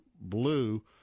blue